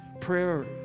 Prayer